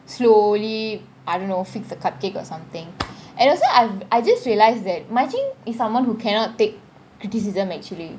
slowly I don't know fix the cupcake or something and also I just realized that marichin is someone who cannot take criticism actually